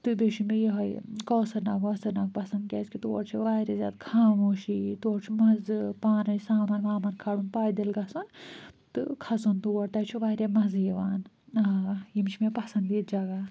تہٕ بیٚیہِ چھُ مےٚ یِہٲے کۄثر ناگ وۄثَر ناگ پَسنٛد کیٛازِکہِ تورٕ چھِ واریاہ زیادٕ خاموشی تورٕ چھُ مَزٕ پانٔے سامان وامان کھالُن پایدٔلۍ گژھُن تہٕ کھسُن تور تَتہِ چھُ واریاہ مَزٕ یِوان آ یِم چھِ مےٚ پَسنٛدیٖد جگہ